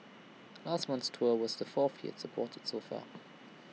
last month's tour was the fourth he has supported so far